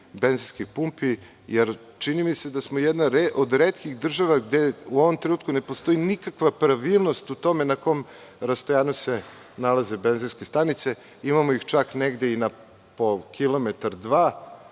benzinskih pumpi, jer čini mi se da smo jedna od retkih država gde u ovom trenutku ne postoji nikakva pravilnost o tome na kom rastojanju se nalaze benzinske stanice. Imamo ih čak negde i na kilometar, dva,